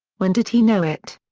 when did he know it?